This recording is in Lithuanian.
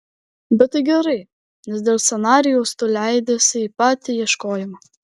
bet tai gerai nes dėl scenarijaus tu leidiesi į patį ieškojimą